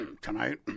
tonight